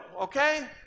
okay